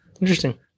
Interesting